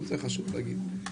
גם זה חשוב להגיד.